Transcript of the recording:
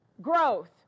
growth